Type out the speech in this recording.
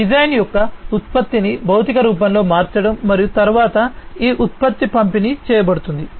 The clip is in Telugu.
డిజైన్ యొక్క ఉత్పత్తిని భౌతిక రూపంలోకి మార్చడం మరియు తరువాత ఈ ఉత్పత్తి పంపిణీ చేయబడుతుంది